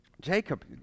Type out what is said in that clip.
Jacob